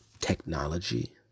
technology